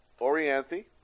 Orianthi